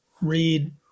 read